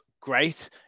great